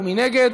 מי נגד?